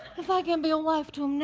if i can't be a wife to